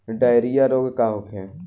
Diarrhoea रोग का होखे?